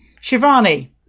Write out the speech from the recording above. Shivani